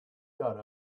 got